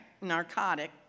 narcotic